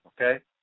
Okay